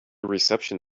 reception